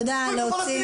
תודה, להוציא.